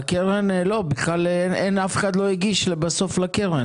לא, אף אחד לא הגיש בסוף לקרן.